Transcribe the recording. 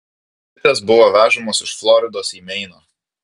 bitės buvo vežamos iš floridos į meiną